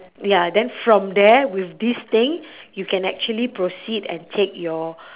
ya then from there with this thing you can actually proceed and take your